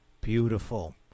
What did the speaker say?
Beautiful